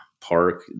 park